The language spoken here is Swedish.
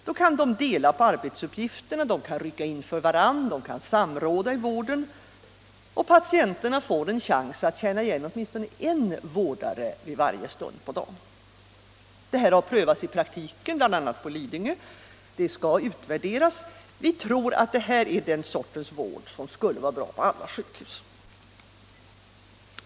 Då kan de dela på arbetsuppgifterna, rycka in för varann, samråda i vården. Och patienterna får en chans att känna igen åtminstone en vårdare vid varje stund på dagen. Det här har prövats i praktiken, bl.a. på Lidingö sjukhus. Det skall utvärderas. Vi tror att det är den sortens vård som skulle vara bra på alla sjukhus.